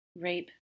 rape